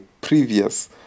previous